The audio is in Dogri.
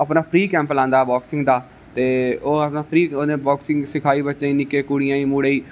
अपना फ्री गेम लांदा बोक्सिंग दा ते उसने फ्री बाकिसिगं सिखा ई निक्के कुडियें गी मुडें गी